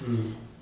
mm